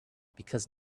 because